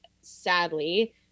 sadly